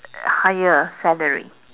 higher salary